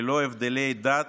ללא הבדלי דת,